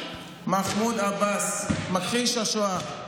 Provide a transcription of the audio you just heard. מחמוד עבאס, מכחיש השואה.